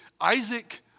Isaac